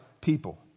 people